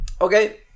Okay